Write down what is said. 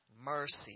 mercy